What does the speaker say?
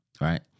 right